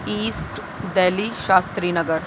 asset Delhi Shastri Nagar